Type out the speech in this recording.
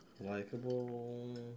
Likeable